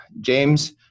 James